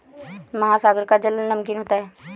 महासागर का जल नमकीन होता है